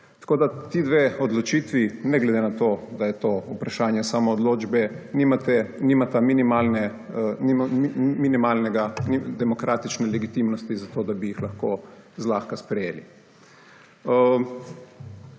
Tako da, ti dve odločitvi, ne glede na to, da je to vprašanje samoodločbe, nimata minimalne demokratične legitimnosti za to da bi jih lahko zlahka sprejeli.